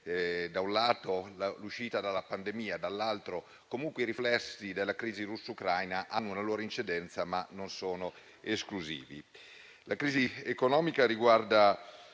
da un lato l'uscita dalla pandemia, dall'altro i riflessi della crisi russo-ucraina hanno una loro incidenza ma non sono esclusivi.